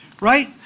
right